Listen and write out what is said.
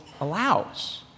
allows